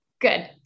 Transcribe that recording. good